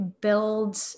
build